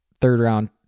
third-round